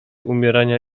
umierania